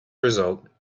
result